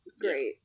Great